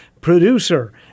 producer